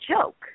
joke